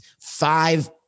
five